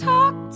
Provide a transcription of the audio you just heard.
Talk